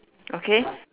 okay